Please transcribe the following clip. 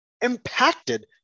impacted